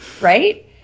right